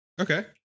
Okay